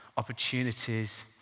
opportunities